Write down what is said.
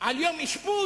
על יום אשפוז?